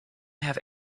have